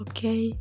Okay